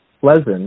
Pleasant